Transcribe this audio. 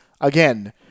again